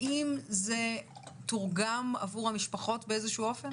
האם זה תורגם עבור המשפחות באופן מסוים?